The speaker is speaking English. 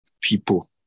people